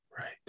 Right